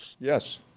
Yes